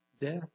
death